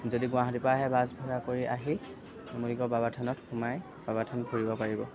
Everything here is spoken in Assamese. যদি গুৱাহাটীৰপৰা আহে বাছ ভাড়া কৰি আহি নুমলীগড় বাবা থানত সোমাই বাবাথান ফুৰিব পাৰিব